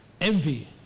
Envy